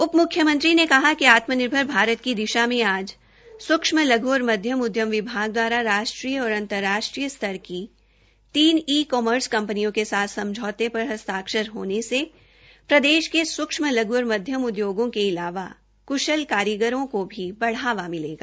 उप म्ख्यमंत्री ने कहा कि आत्मनिर्भर भारत की दिशा में आज सूक्ष्म लघ् और मध्यम उद्यम विभाग द्वारा राष्ट्रीय और अंतर्राष्ट्रीय स्तर की तीन ई कॉमर्स कंपनियों के साथ समझौते पर हस्ताक्षर होने से प्रदेश के सूक्ष्म लघु और मध्यम उद्योगों के अलावा हूनरमंद कारीगरों को भी बढ़ावा मिलेगा